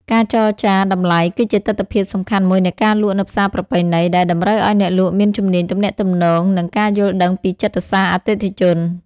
ការចរចាតម្លៃគឺជាទិដ្ឋភាពសំខាន់មួយនៃការលក់នៅផ្សារប្រពៃណី ដែលតម្រូវឱ្យអ្នកលក់មានជំនាញទំនាក់ទំនង និងការយល់ដឹងពីចិត្តសាស្ត្រអតិថិជន។